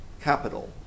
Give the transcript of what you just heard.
capital